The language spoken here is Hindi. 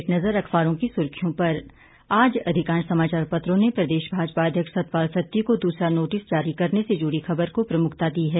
एक नज़र अखबारों की सुर्खियों पर आज अधिकांश समाचार पत्रों ने प्रदेश भाजपा अध्यक्ष सतपाल सत्ती को दूसरा नोटिस जारी करने से जुड़ी खबर को प्रमुखता दी है